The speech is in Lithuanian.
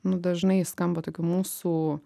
nu dažnai skamba tokių mūsų